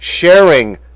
sharing